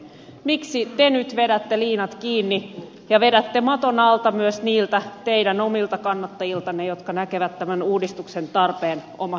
miksi te nyt vedätte liinat kiinni ja vedätte maton alta myös niiltä teidän omilta kannattajiltanne jotka näkevät tämän uudistuksen tarpeen omassa arjessaan